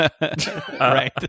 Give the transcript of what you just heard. right